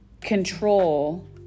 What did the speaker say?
control